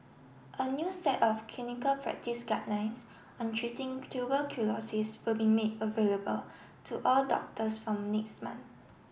a new set of clinical practice guidelines on treating tuberculosis will be made available to all doctors from next month